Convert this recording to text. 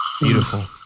Beautiful